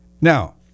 Now